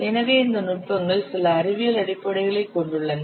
எனவே இந்த நுட்பங்கள் சில அறிவியல் அடிப்படைகளைக் கொண்டுள்ளன